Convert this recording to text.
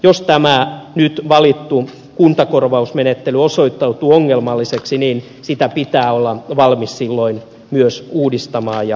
jos tämä nyt valittu kuntakorvausmenettely osoittautuu ongelmalliseksi niin sitä pitää olla valmis silloin myös uudistamaan ja muuttamaan